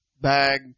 bag